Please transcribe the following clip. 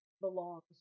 belongs